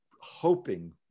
hoping